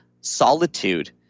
solitude